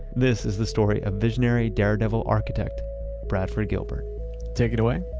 this is the story of visionary daredevil architect bradford gilbert take it away?